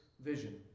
vision